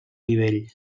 nivell